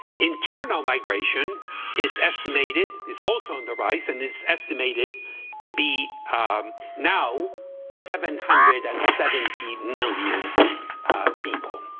internal migration is estimated, is also on the rise, and it's estimated to be um now seven hundred and seventy million people.